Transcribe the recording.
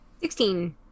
Sixteen